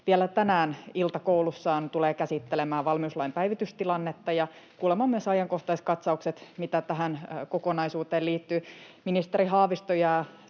vielä tänään iltakoulussaan tulee käsittelemään valmiuslain päivitystilannetta ja kuulemaan myös ajankohtaiskatsaukset, mitä tähän kokonaisuuteen liittyy. Ministeri Haavisto jää